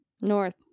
North